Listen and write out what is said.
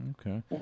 Okay